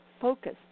focus